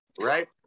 Right